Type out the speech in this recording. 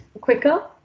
quicker